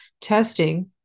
Testing